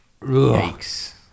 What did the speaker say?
Yikes